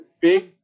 big